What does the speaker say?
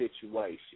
situation